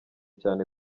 cyane